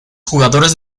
jugadores